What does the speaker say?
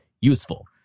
useful